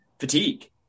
fatigue